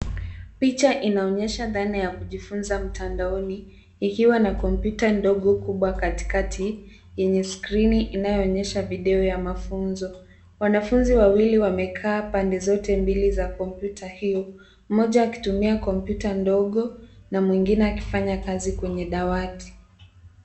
Picha inaonyesha dhana ya kujifunza mtandaoni ikiwa na kompyuta ndogo kubwa katikati yenye skrini inayoonyesha video ya mafunzo. Wanafunzi wawili wamekaa pande zote mbili za kompyuta hio, mmoja akitumia kompyuta ndogo na mwingine akifanya kazi kwenye dawati.